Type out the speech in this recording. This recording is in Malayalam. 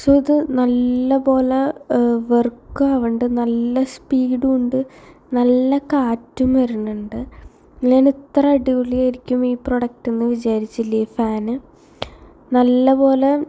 സൊ ഇത് നല്ലപോലെ വർക്ക് ആവുന്നുണ്ട് നല്ല സ്പീഡുമുണ്ട് നല്ല കാറ്റും വരണുണ്ട് ഞാൻ ഇത്ര അടിപൊളി ആയിരിക്കും ഈ പ്രൊഡക്ടെന്ന് വിചാരിച്ചില്ല ഈ ഫാന് നല്ലപോലെ